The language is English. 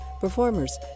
performers